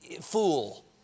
fool